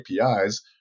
APIs